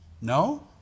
No